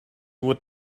would